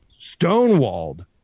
stonewalled